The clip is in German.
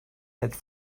hält